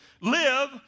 live